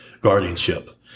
guardianship